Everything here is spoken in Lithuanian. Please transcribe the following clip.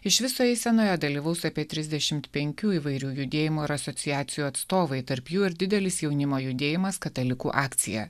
iš viso eisenoje dalyvaus apie trisdešimt penkių įvairių judėjimų ir asociacijų atstovai tarp jų ir didelis jaunimo judėjimas katalikų akcija